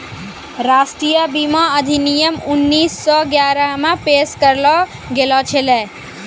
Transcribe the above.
राष्ट्रीय बीमा अधिनियम उन्नीस सौ ग्यारहे मे पेश करलो गेलो छलै